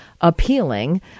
appealing